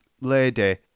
lady